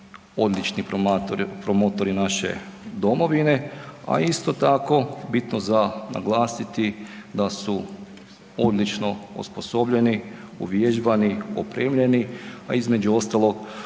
odlični promotori naše domovine. A isto tako bitno za naglasiti da su odlično osposobljeni, uvježbani, opremljeni. A između ostalog